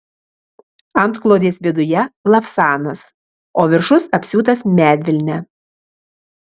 antklodės viduje lavsanas o viršus apsiūtas medvilne